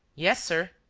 yes, sir.